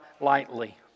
lightly